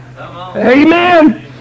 Amen